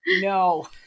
No